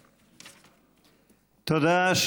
תודה.